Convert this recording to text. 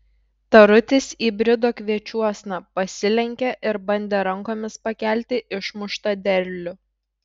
tarutis įbrido kviečiuosna pasilenkė ir bandė rankomis pakelti išmuštą derlių